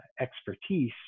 expertise